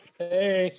hey